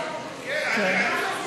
כן.